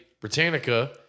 Britannica